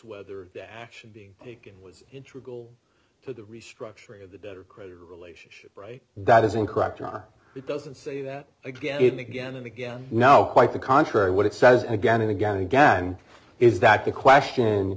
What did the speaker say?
whether that action being taken was in trouble to the restructuring of the debt or credit relationship right that is incorrect or are it doesn't say that again and again and again now quite the contrary what it says again and again and again is that the question